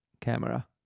camera